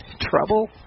trouble